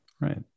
Right